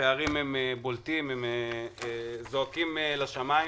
הפערים בולטים וזועקים לשמים.